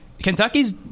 Kentucky's